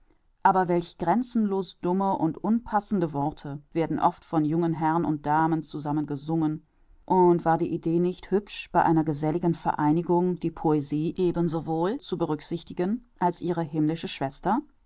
aber welch grenzenlos dumme und unpassende worte werden oft von jungen herrn und damen zusammen gesungen und war die idee nicht hübsch bei einer geselligen vereinigung die poesie ebensowohl zu berücksichtigen als ihre himmlische schwester